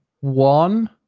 one